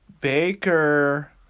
Baker